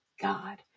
God